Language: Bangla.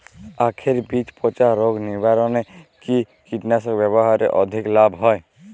আঁখের বীজ পচা রোগ নিবারণে কি কীটনাশক ব্যবহারে অধিক লাভ হয়?